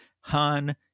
Han